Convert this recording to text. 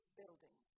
building